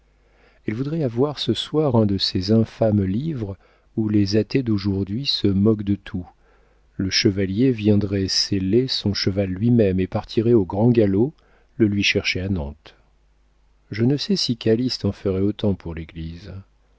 elle voudrait avoir ce soir un de ces infâmes livres où les athées d'aujourd'hui se moquent de tout le chevalier viendrait seller son cheval lui-même et partirait au grand galop le lui chercher à nantes je ne sais si calyste en ferait autant pour l'église